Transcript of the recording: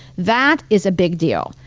that is a big deal.